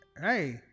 Hey